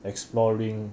exploring